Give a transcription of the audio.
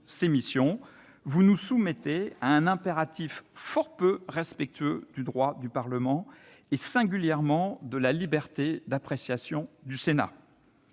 vous nous soumettez à un impératif fort peu respectueux des droits du Parlement et, singulièrement, de la liberté d'appréciation du Sénat.